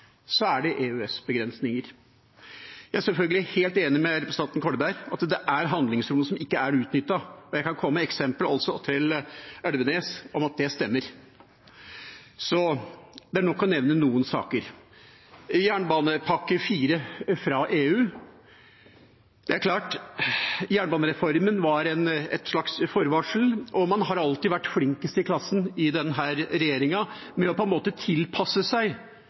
er det EØS-begrensninger. Jeg er sjølsagt helt enig med representanten Kolberg i at det er handlingsrom som ikke er utnyttet, og jeg kan komme med eksempler, også til Elvenes, om at det stemmer. Det er nok å nevne noen saker. Jernbanepakke IV fra EU: Jernbanereformen var et slags forvarsel, og man har alltid vært flinkest i klassen i denne regjeringa med på en måte å tilpasse seg